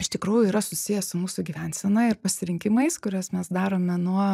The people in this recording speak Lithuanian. iš tikrųjų yra susiję su mūsų gyvensena ir pasirinkimais kuriuos mes darome nuo